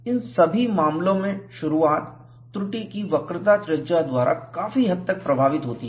इन सभी मामलों में शुरुआत त्रुटि के वक्रता त्रिज्या द्वारा काफी हद तक प्रभावित होती है